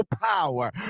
power